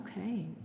Okay